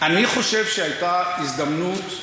אני חושב שהייתה הזדמנות.